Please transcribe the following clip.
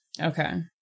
Okay